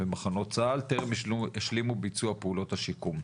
ומחנות צה"ל, טרם השלימו ביצוע פעולות השיקום.